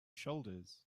shoulders